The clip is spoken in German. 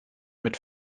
mit